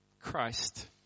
Christ